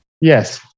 yes